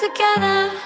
Together